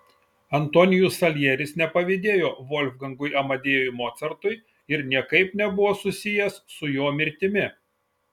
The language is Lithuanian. antonijus saljeris nepavydėjo volfgangui amadėjui mocartui ir niekaip nebuvo susijęs su jo mirtimi